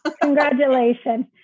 Congratulations